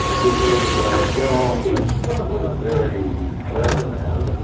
ah because garang was was a very clever man.